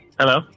Hello